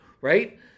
Right